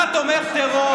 אתה תומך טרור.